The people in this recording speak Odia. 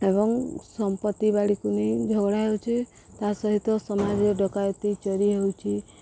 ଏବଂ ସମ୍ପତ୍ତି ବାଡ଼ିକୁ ନେଇ ଝଗଡ଼ା ହେଉଛି ତା ସହିତ ସମାଜରେ ଡକାୟତି ଚୋରି ହେଉଛି